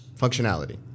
functionality